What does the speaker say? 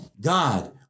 God